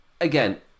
Again